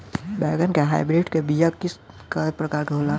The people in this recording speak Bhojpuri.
बैगन के हाइब्रिड के बीया किस्म क प्रकार के होला?